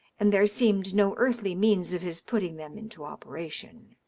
and there seemed no earthly means of his putting them into operation.